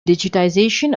digitization